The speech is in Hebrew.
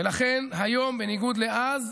ולכן היום, בניגוד לאז,